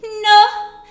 No